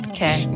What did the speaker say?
Okay